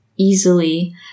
Easily